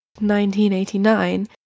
1989